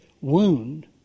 wound